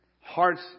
Hearts